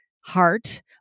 heart